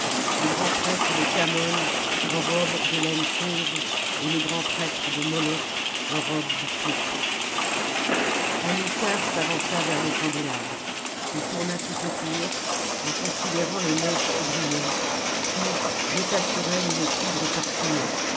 le grand prêtre de khamon en robe de laine fauve et le grand prêtre de moloch en robe de pourpre hamilcar s'avança vers le candélabre il tourna tout autour en considérant les mèches qui brûlaient puis jeta sur elles une poudre parfumée